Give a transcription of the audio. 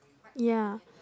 ya